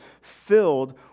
filled